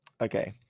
Okay